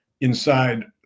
inside